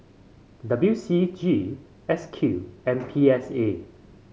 W C G S Q and P S A